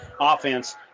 offense